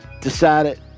decided